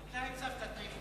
אתה הצבת תנאים.